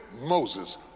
Moses